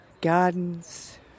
gardens